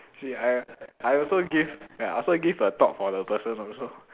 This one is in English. see I I also give ya I also give a thought for the person also